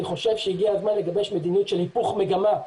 אני חושב שהגיע הזמן לגבש מדיניות של היפוך מגמה,